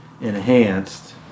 enhanced